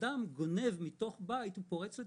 כשאדם גונב מתוך בית או פורץ,